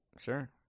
Sure